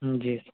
جی